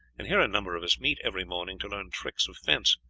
and here a number of us meet every morning to learn tricks of fence,